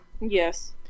Yes